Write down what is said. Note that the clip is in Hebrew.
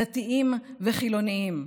דתיים וחילונים.